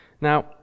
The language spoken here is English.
Now